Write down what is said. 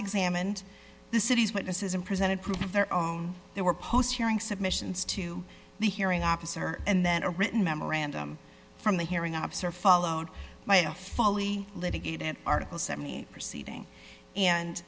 examined the city's witnesses and presented proof of their own they were post hearing submissions to the hearing officer and then a written memorandum from the hearing ops or followed by a folly litigate an article seventy proceeding and